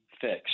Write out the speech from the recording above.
fixed